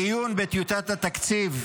מעיון בטיוטת התקציב,